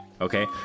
Okay